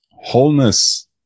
wholeness